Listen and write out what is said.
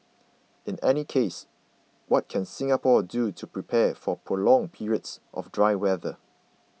in any case what can Singapore do to prepare for prolonged periods of dry weather